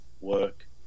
work